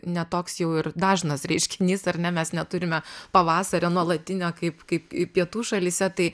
ne toks jau ir dažnas reiškinys ar ne mes neturime pavasario nuolatinio kaip kaip pietų šalyse tai